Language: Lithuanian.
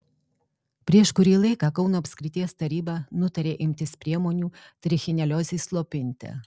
prieš kurį laiką kauno apskrities taryba nutarė imtis priemonių trichineliozei slopinti